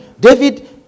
David